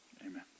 Amen